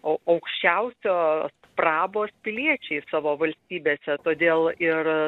aukščiausios prabos piliečiai savo valstybėse todėl ir